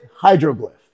Hydroglyph